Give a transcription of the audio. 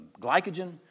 glycogen